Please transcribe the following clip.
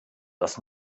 das